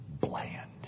bland